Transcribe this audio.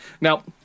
Now